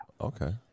Okay